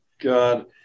god